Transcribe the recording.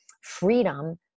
freedom